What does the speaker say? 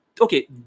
Okay